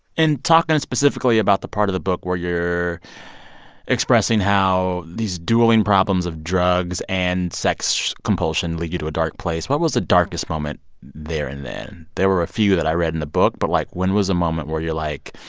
and talking on specifically about the part of the book where you're expressing how these dueling problems of drugs and sex compulsion lead you to a dark place, what was the darkest moment there and then? there were a few that i read in the book. but, like, when was a moment where you're like,